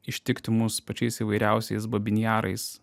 ištikti mus pačiais įvairiausiais babyn jarais